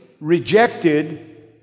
rejected